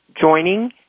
joining